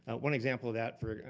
one example of that, for,